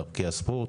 לערכי הספורט,